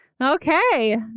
Okay